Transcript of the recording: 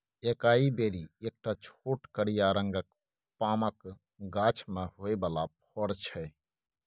एकाइ बेरी एकटा छोट करिया रंगक पामक गाछ मे होइ बला फर छै